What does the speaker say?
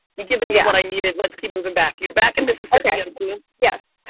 you've given me what i needed. let's keep moving back. you're back in mississippi, and boom? yes,